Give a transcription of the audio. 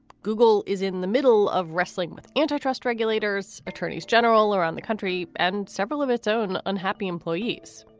google is in the middle of wrestling with antitrust regulators. attorneys general around the country and several of its own unhappy employees.